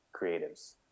creatives